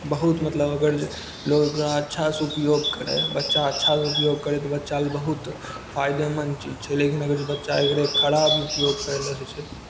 बहुत मतलब अगर जे लोक एकरा अच्छासँ उपयोग करय बच्चा अच्छासँ उपयोग करय तऽ बच्चा लेल बहुत फायदेमन्द चीज छै लेकिन अगर बच्चा एकरे खराब उपयोग करय लगै छै